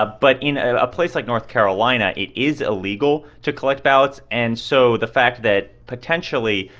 ah but in a place like north carolina, it is illegal to collect ballots. and so the fact that, potentially,